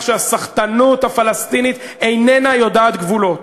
שהסחטנות הפלסטינית איננה יודעת גבולות,